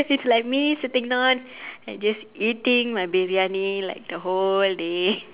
it's like me sitting down and just eating my briyani like the whole day